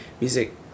music